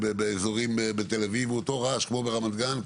באזורים בתל-אביב הוא אותו רעש כמו ברמת-גן,